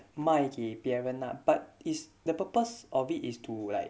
卖给别人 lah but is the purpose of it is to like